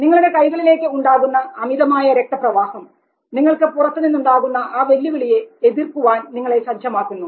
നിങ്ങളുടെ കൈകളിലേക്ക് ഉണ്ടാകുന്ന അമിതമായ രക്ത പ്രവാഹം നിങ്ങൾക്ക് പുറത്ത് നിന്നുണ്ടാകുന്ന ആ വെല്ലുവിളിയെ എതിർക്കുവാൻ നിങ്ങളെ സജ്ജമാക്കുന്നു